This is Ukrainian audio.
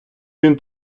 він